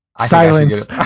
Silence